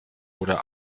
oder